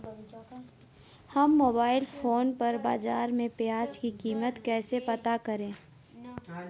हम mobile phone पर बाज़ार में प्याज़ की कीमत कैसे पता करें?